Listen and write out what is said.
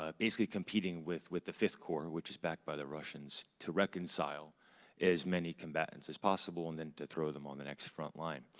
ah basically competing with with the fifth corps, which was backed by the russians to reconcile as many combatants as possible and then to throw them on the next front line,